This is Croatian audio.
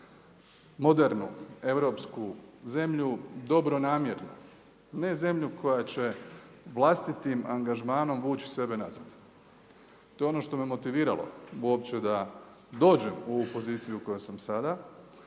modernu europsku zemlju, dobronamjernu. Ne zemlju koja će vlastitim angažmanom vući sebe nazad. To je ono što me motiviralo uopće da dođem u poziciju u kojoj sam sada